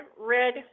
red